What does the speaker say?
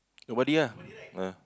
nobody ah